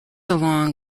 along